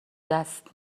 دست